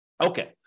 Okay